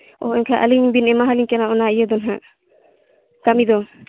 ᱚ ᱮᱱᱠᱷᱟᱱ ᱟᱹᱞᱤᱧ ᱵᱤᱱ ᱮᱢᱟ ᱦᱟᱹᱞᱤᱧ ᱠᱟᱱᱟ ᱚᱱᱟ ᱤᱭᱟᱹ ᱫᱚ ᱱᱟᱦᱟᱜ ᱠᱟᱹᱢᱤ ᱫᱚ